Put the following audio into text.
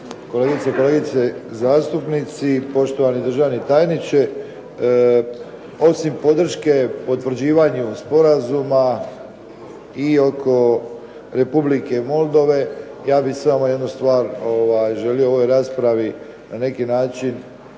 kolegice i kolege zastupnici, poštovani državni tajniče. Osim podrške potvrđivanju sporazuma i oko Republike Moldove ja bih samo jednu stvar želio u ovoj raspravi na neki način